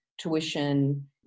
tuition